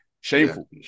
Shameful